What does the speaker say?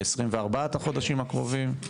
ב-24 החודשים הקרובים?